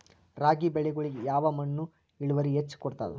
ರಾಗಿ ಬೆಳಿಗೊಳಿಗಿ ಯಾವ ಮಣ್ಣು ಇಳುವರಿ ಹೆಚ್ ಕೊಡ್ತದ?